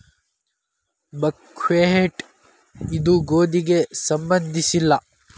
buckwheat ಇದು ಗೋಧಿಗೆ ಸಂಬಂಧಿಸಿಲ್ಲ